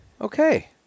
okay